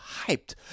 hyped